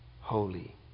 holy